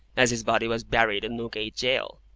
as his body was buried, in newgate jail.